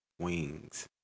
wings